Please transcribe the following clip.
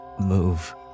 move